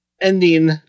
ending